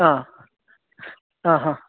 ಹಾಂ ಹಾಂ ಹಾಂ